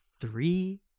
three